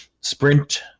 Sprint